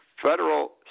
Federal